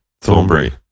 Thornbury